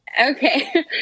Okay